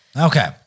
okay